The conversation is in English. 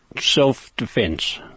self-defense